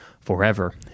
forever